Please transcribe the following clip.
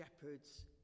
shepherd's